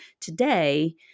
today